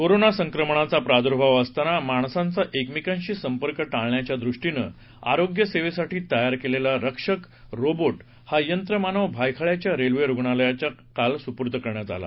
corona संक्रमणाचा प्रादुर्भाव असताना माणसांचा एकमेकांशी संपर्क टाळण्याच्या दृष्टीनं आरोग्य सेवेसाठी तयार केलेला रक्षक रोबोट हा यंत्रमानव भायखळ्याच्या रेल्वे रुग्णालयाला काल सुपूर्द करण्यात आला